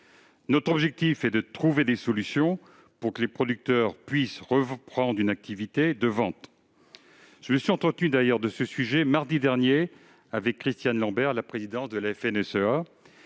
Notre objectif est de trouver des solutions pour que les producteurs puissent reprendre une activité de vente. Je me suis d'ailleurs entretenu à ce sujet mardi dernier avec Christiane Lambert, la présidente de la